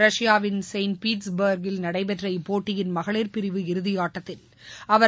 ரஷ்யாவின் செயின்ட் பீட்டர்ஸ் பர்க்கில் நடைபெற்ற இப்போட்டியின் மகளிர் பிரிவு இறதியாட்டத்தில் அவர்